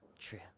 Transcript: True